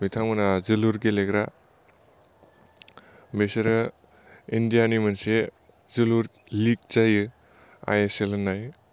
बिथांमोनहा जोलुर गेलेग्रा बिसोरो इण्डिया नि मोनसे जोलुर लिग जायो आइएसएल होन्नाय